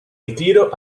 ritiro